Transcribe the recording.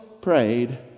prayed